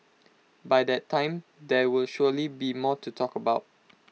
by that time there will surely be more to talk about